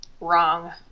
Wrong